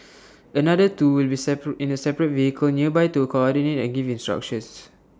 another two will in A separate vehicle nearby to coordinate and give instructions